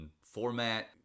format